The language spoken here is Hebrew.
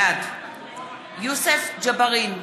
בעד יוסף ג'בארין,